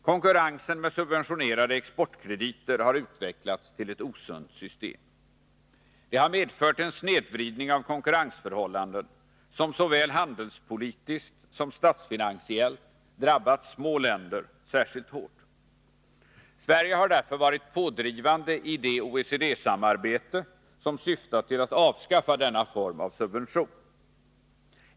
Konkurrensen med subventionerade exportkrediter har utvecklats till ett osunt system. Det har medfört en snedvridning av konkurrensförhållanden som såväl handelspolitiskt som statsfinansiellt drabbat små länder särskilt hårt. Sverige har därför varit pådrivande i det OECD-samarbete som syftat till att avskaffa denna form av subvention.